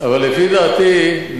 לפי דעתי,